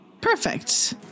Perfect